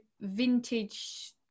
vintage